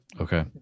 Okay